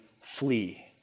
flee